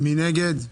מי נגד?